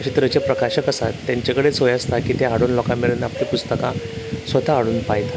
अशें तरेचे प्रकाशक आसात तेंचे कडेन सोय आसता की ते हाडून लोकां मेरेन आपलीं पुस्तकां स्वता हाडून पायतात